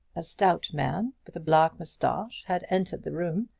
a stout man, with a black mustache, had entered the room.